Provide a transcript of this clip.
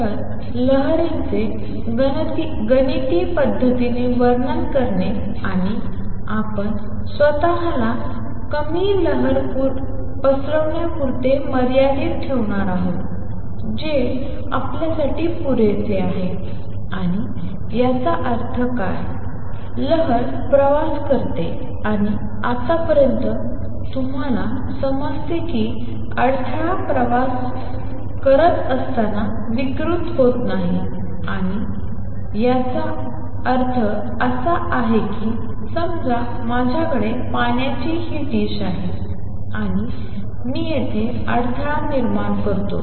तर लहरींचे गणिती पद्धतीने वर्णन करणे आणि आपण स्वतःला कमी लहर पसरवण्यापुरते मर्यादित ठेवणार आहोत जे आपल्यासाठी पुरेसे आहे आणि याचा अर्थ काय लहर प्रवास करते आणि आतापर्यंत तुम्हाला समजते की अडथळा प्रवास करत असताना विकृत होत नाही आणि काय याचा अर्थ असा आहे की समजा माझ्याकडे पाण्याची ही डिश आहे आणि मी येथे अडथळा निर्माण करतो